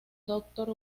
doctor